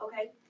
Okay